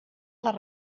les